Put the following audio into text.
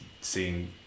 seeing